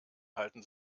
halten